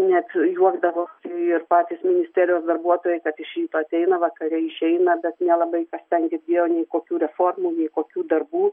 net juokdavo ir patys ministerijos darbuotojai kad iš ryto ateina vakare išeina bet nelabai kas ten girdėjo nei kokių reformų nei kokių darbų